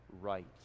right